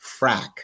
frack